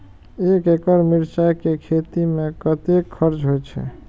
एक एकड़ मिरचाय के खेती में कतेक खर्च होय छै?